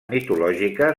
mitològica